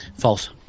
False